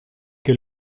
que